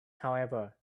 however